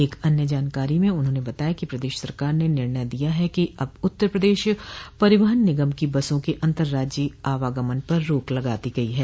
एक अन्य जानकारी में उन्होंने बताया कि प्रदेश सरकार ने निर्णय दिया है कि अब उत्तर प्रदेश परिवहन निगम की बसों के अंतराज्जीय आवागमन पर रोक लगा दी गई है